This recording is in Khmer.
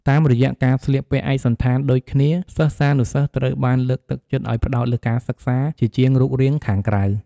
តាមរយៈការស្លៀកពាក់ឯកសណ្ឋានដូចគ្នា សិស្សានុសិស្សត្រូវបានលើកទឹកចិត្តឱ្យផ្តោតលើការសិក្សាជាជាងរូបរាងខាងក្រៅ។